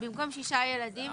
במקום שישה ילדים --- לא,